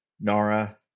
NARA